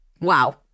Wow